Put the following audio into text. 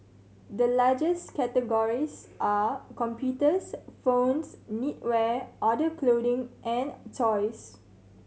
the largest categories are computers phones knitwear other clothing and toys